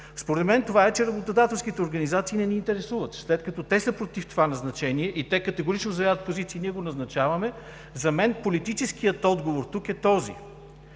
Според мен, че работодателските организации не ни интересуват. След като те са против това назначение и категорично заявяват позиция, а ние го назначаваме, за мен политическият отговор тук е този.